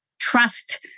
trust